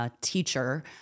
teacher